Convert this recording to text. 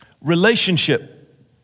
Relationship